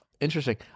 interesting